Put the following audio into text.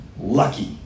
lucky